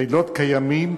לילות כימים,